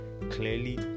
clearly